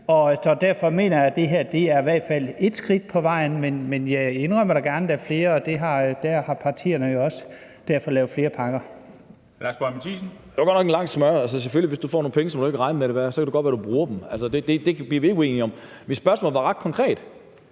Derfor mener jeg, at det her i hvert fald er et skridt på vejen, men jeg indrømmer da gerne, at der flere, og derfor har partierne jo lavet flere pakker.